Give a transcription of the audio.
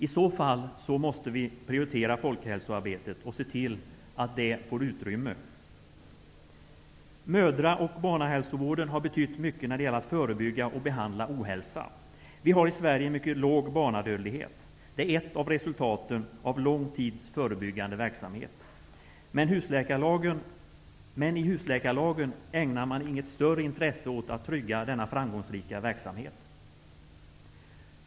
I så fall måste vi prioritera folkhälsoarbetet och se till att det får utrymme. Mödra och barnahälsovården har betytt mycket när det gäller att förebygga och behandla ohälsa. Vi har i Sverige en mycket låg barnadödlighet. Det är ett av resultaten av lång tids förebyggande verksamhet. Men i husläkarförslaget ägnar man inget större intresse åt att trygga denna framgångsrika verksamhet.